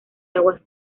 aguas